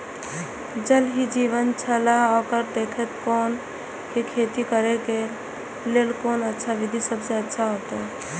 ज़ल ही जीवन छलाह ओकरा देखैत कोना के खेती करे के लेल कोन अच्छा विधि सबसँ अच्छा होयत?